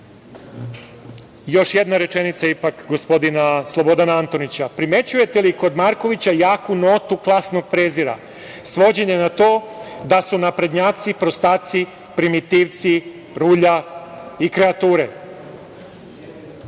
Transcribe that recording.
jedna rečenica ipak gospodina Slobodana Antonića – primećujete li kod Markovića jaku notu klasnog prezira, svođenje na to da su naprednjaci prostaci, primitivci, rulja i